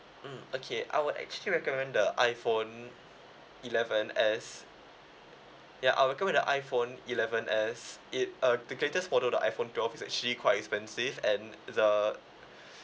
mm okay I would actually recommend the iphone eleven as ya I'll recommend the iphone eleven as it uh to caters for though the iphone twelve is actually quite expensive and the